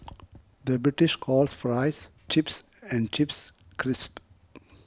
the British calls Fries Chips and Chips Crisps